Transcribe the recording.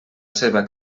seva